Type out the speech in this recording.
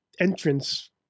entrance